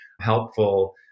helpful